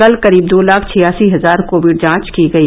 कल करीब दो लाख छियासी हजार कोविड जांच की गई